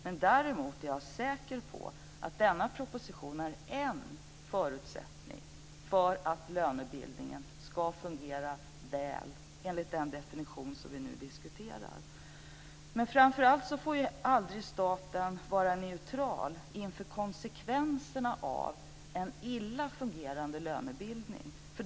Men däremot är jag säkert på att denna proposition är en förutsättning för att lönebildningen ska fungera väl enligt den definition som vi nu diskuterar. Men staten får aldrig vara neutral inför konsekvenserna av en illa fungerande lönebildning.